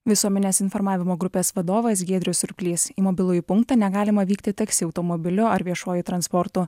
visuomenės informavimo grupės vadovas giedrius surplys į mobilųjį punktą negalima vykti taksi automobiliu ar viešuoju transportu